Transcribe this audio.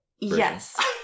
Yes